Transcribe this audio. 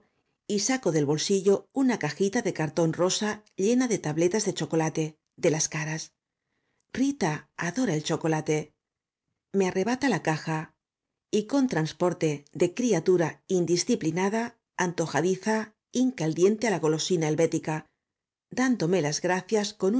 y saco del bolsillo una cajita de cartón rosa llena de tabletas de chocolate de las caras rita adora el chocolate me arrebata la caja y con transporte de criatura indisciplinada antojadiza hinca el diente á la golosina helvética dándome las gracias con un